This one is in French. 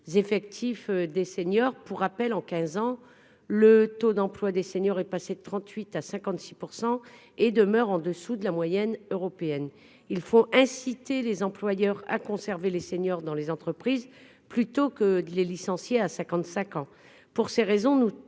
effectifs des seniors, pour rappel, en 15 ans le taux d'emploi des seniors est passé de 38 à 56 % et demeure en dessous de la moyenne européenne, il faut inciter les employeurs à conserver les seniors dans les entreprises, plutôt que de les licencier à 55 ans, pour ces raisons, nous